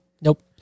Nope